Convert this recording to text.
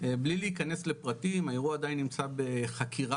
בלי להיכנס לפרטים, האירוע עדיין נמצא בחקירה